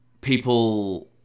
people